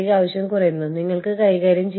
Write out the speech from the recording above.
ഇത് ഒരു വിദേശ ഉടമസ്ഥതയിലുള്ള ഉപസ്ഥാപനമാണ്